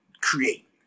create